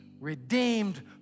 redeemed